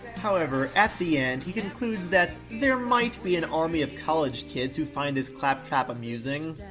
however, at the end, he concludes that there might be an army of college kids who find this claptrap amusing.